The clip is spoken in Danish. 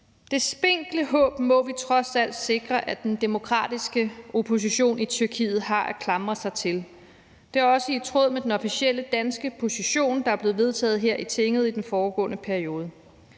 Det spinkle håb må vi trods alt sikre at den demokratiske opposition i Tyrkiet har at klamre sig til. Det er også i tråd med den officielle danske position, der er blevet vedtaget her i Tinget i den foregående periode.